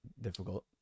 difficult